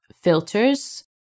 filters